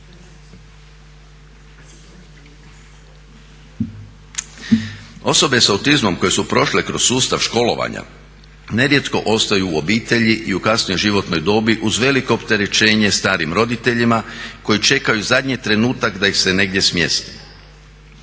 Osobe s autizmom koje su prošle kroz sustav školovanja nerijetko ostaju u obitelji i u kasnijoj životnoj dobi uz veliko opterećenje starim roditeljima koji čekaju zadnji trenutak da ih se negdje smjesti.